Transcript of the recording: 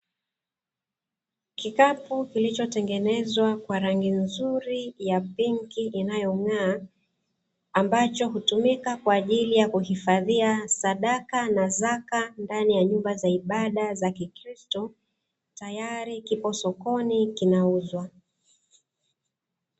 Kikapu kilichotengenezwa kwa rangi nzuri ya pinki inayong'aa, ambacho hutumika kwa ajili ya kuhifadhia sadaka na zaka ndani ya nyumba za ibada za kikristo, tayari kipo sokoni kinauzwa.